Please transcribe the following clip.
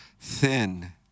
Thin